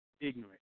ignorant